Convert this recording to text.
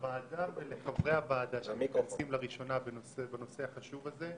לוועדה ולחברי הוועדה שמתכנסים לראשונה בנושא החשוב הזה.